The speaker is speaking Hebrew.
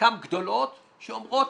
חלקן גדולות שאומרות,